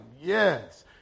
yes